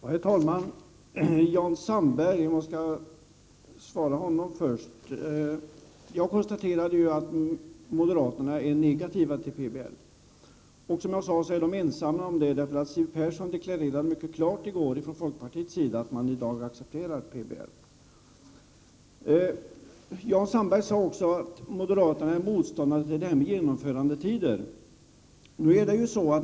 Herr talman! Jag skall först besvara frågorna från Jan Sandberg. Jag har konstaterat att moderaterna är negativa till PBL. De är också ensamma om det, eftersom Siw Persson i gårdagens debatt klart deklarerade ifrån folkpartiets sida att man i dag accepterar PBL. Jan Sandberg sade att moderaterna är motståndare till den här genomförandetiden.